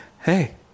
Hey